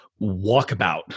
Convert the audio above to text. walkabout